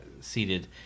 seated